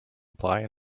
apply